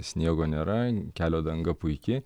sniego nėra kelio danga puiki